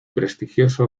prestigioso